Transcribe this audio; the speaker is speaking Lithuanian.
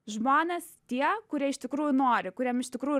žmonės tie kurie iš tikrųjų nori kuriem iš tikrųjų